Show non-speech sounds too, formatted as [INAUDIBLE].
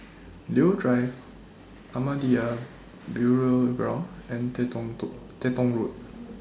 Leo Drive Ahmadiyya Burial Ground and Teng Tong [UNINTELLIGIBLE] Teng Tong Road